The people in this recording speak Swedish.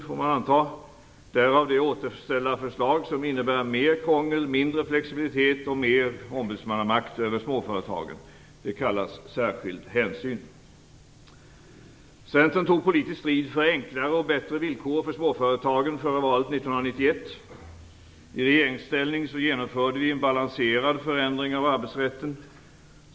Därav fick vi det återställarförslag som innebär mer krångel, mindre flexibilitet och mer ombudsmannamakt över småföretagen. Detta kallas särskild hänsyn. Centern tog politisk strid för enklare och bättre villkor för småföretagen före valet 1991. I regeringsställning genomförde vi en balanserad förändring av arbetsrätten.